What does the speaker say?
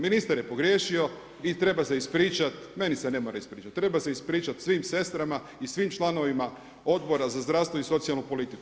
Ministra je pogriješio i treba se ispričati, meni se ne mora ispričati, treba se ispričati svim sestrama i svim članovima Odbora za zdravstvo i socijalnu politiku.